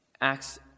Acts